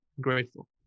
Grateful